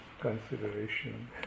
consideration